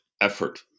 effort